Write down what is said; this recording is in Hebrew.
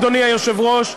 אדוני היושב-ראש,